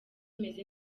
meze